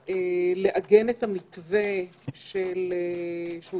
שיאפשרו לחוקרים מהאקדמיה לקבל נתונים גולמיים שעברו